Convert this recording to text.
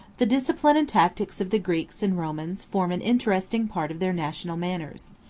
the discipline and tactics of the greeks and romans form an interesting part of their national manners.